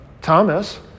Thomas